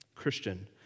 Christian